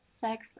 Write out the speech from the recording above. Sex